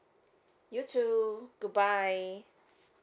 you too good bye